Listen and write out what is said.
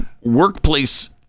workplace